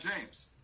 James